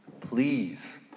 please